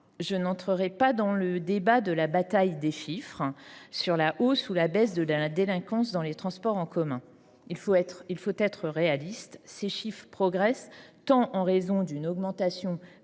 Je n’entrerai pas dans la bataille des chiffres sur la hausse ou la baisse de la délinquance dans les transports en commun. Il faut être réaliste : celle ci progresse tant en raison de l’augmentation